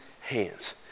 hands